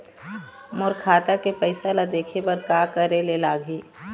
मोर खाता के पैसा ला देखे बर का करे ले लागही?